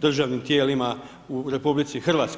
državnim tijelima u RH.